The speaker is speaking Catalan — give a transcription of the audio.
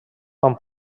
van